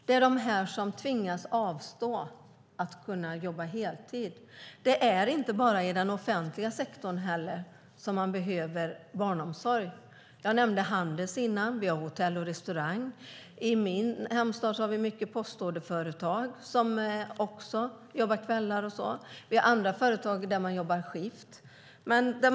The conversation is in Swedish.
De tvingas avstå från att jobba heltid. Det är inte bara i den offentliga sektorn som barnomsorg behövs. Jag nämnde Handels tidigare. Där finns Hotell och restaurangfacket. I min hemstad finns många postorderföretag där de också jobbar kväll. Det finns andra företag där de jobbar skift.